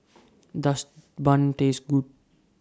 Does Bun Taste Good